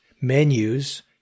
menus